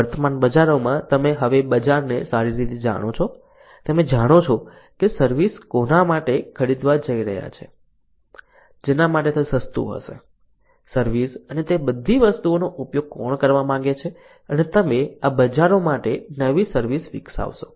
વર્તમાન બજારોમાં તમે હવે બજારને સારી રીતે જાણો છો તમે જાણો છો કે સર્વિસ કોના માટે ખરીદવા જઈ રહ્યા છે જેના માટે તે સસ્તું હશે સર્વિસ અને તે બધી વસ્તુઓનો ઉપયોગ કોણ કરવા માગે છે અને તમે આ બજારો માટે નવી સર્વિસ વિકસાવશો